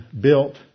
built